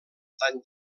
tan